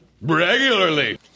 Regularly